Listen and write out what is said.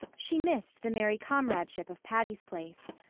she missed the merry comradeship of patty's place.